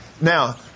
Now